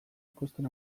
ikusten